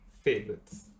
favorites